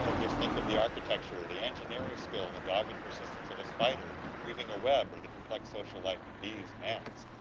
you know just think of the architecture, the engineering skill and the dogged and persistence of a spider weaving a web or the complex social life of bees and ants.